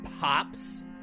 Pops